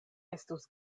estus